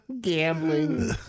Gambling